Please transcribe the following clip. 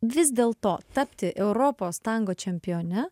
vis dėlto tapti europos tango čempione